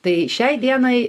tai šiai dienai